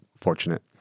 fortunate